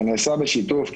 זה נעשה בשיתוף,